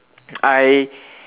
I